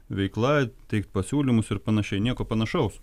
veikla teikt pasiūlymus ir panašiai nieko panašaus